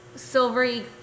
Silvery